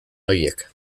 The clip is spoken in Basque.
horiek